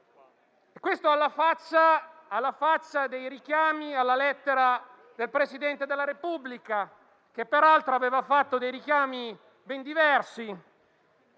- alla faccia degli appelli alla lettera del Presidente della Repubblica, che peraltro aveva fatto richiami ben diversi,